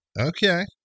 Okay